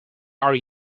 are